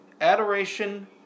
adoration